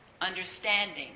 understanding